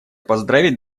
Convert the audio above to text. поздравить